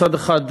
מצד אחד,